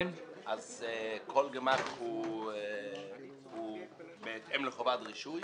כל גמ"ח הוא בהתאם לחובת רישוי,